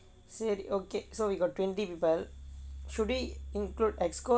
see okay so we got twenty people should we include executive committees